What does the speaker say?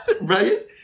Right